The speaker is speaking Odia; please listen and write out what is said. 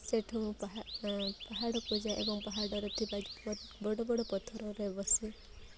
ସେଠୁ ପାହାଡ଼କୁ ଯାଏ ଏବଂ ପାହାଡ଼ରେ ଥିବା ବଡ଼ ବଡ଼ ପଥରରେ ବସି